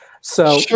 So-